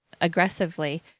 aggressively